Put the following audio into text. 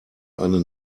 eine